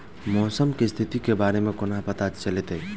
मौसम केँ स्थिति केँ बारे मे कोना पत्ता चलितै?